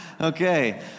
Okay